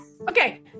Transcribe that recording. Okay